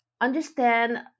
Understand